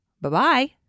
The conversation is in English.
Bye-bye